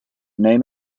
name